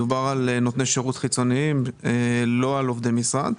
מדובר על נותני שירות חיצוניים, לא על עובדי משרד,